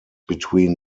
between